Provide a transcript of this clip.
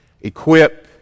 equip